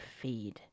feed